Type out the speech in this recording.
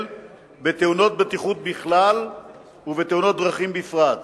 בתאונות בטיחות בכלל ובתאונות דרכים בפרט.